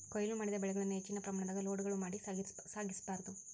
ಕೋಯ್ಲು ಮಾಡಿದ ಬೆಳೆಗಳನ್ನ ಹೆಚ್ಚಿನ ಪ್ರಮಾಣದಾಗ ಲೋಡ್ಗಳು ಮಾಡಿ ಸಾಗಿಸ ಬಾರ್ದು